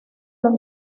los